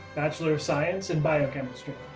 bachelor of science in biochemistry.